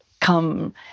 come